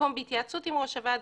במקום בהתייעצות עם ראש הוועד,